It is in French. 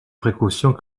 précautions